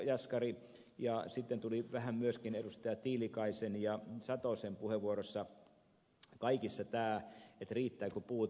jaskarin ja sitten vähän myöskin edustajien tiilikainen ja satonen puheenvuoroissa tuli kaikissa esille tämä riittääkö puuta